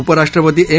उपराष्ट्रपती एम